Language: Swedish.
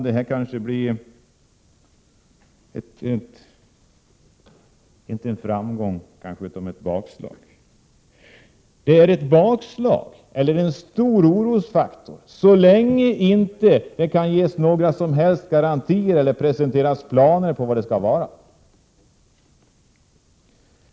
Detta kan bli ett bakslag, och inte en framgång. Det är en stor orosfaktor så länge det inte kan ges några som helst garantier eller presenteras planer för detta förslag.